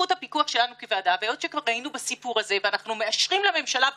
סטודנט שלומד ועבד בעבודה מזדמנת והמעסיק הוציא אותו לחל"ת,